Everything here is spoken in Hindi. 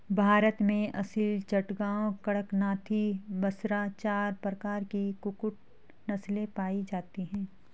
भारत में असील, चटगांव, कड़कनाथी, बसरा चार प्रकार की कुक्कुट नस्लें पाई जाती हैं